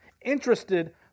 interested